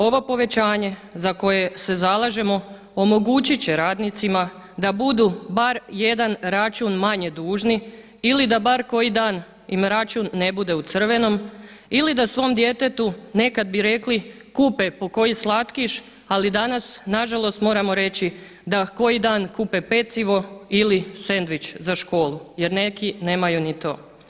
Ovo povećanje za koje se zalažemo omogućiti će radnicima da budu bar jedan račun manje dužni ili da bar koji dan im račun ne bude u crvenom ili da svom djetetu nekad bi rekli kupe po koji slatkiš ali danas nažalost moramo reći da koji dan kupe pecivo ili sendvič za školu jer neki nemaju ni to.